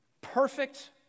perfect